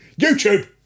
YouTube